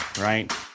right